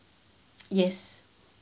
yes